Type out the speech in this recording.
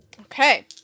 Okay